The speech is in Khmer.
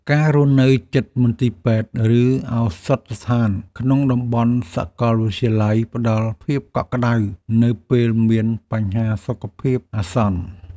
ការរស់នៅជិតមន្ទីរពេទ្យ ឬឱសថស្ថានក្នុងតំបន់សាកលវិទ្យាល័យផ្តល់ភាពកក់ក្តៅនៅពេលមានបញ្ហាសុខភាពអាសន្ន។